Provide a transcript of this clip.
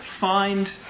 find